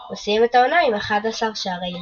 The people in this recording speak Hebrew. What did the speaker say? הוא סיים את העונה עם 11 שערי ליגה.